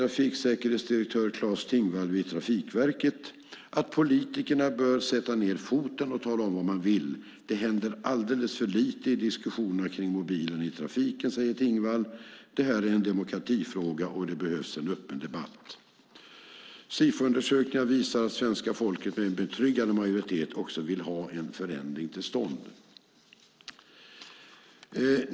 Trafiksäkerhetsdirektör Claes Tingvall vid Trafikverket säger att politikerna bör sätta ned foten och tala om vad de vill, för det händer alldeles för lite i diskussionerna om mobiler i trafiken. Detta är en demokratifråga, och det behövs en öppen debatt. Sifoundersökningar visar också att svenska folket med betryggande majoritet vill ha en förändring till stånd.